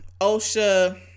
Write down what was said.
OSHA